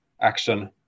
action